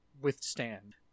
withstand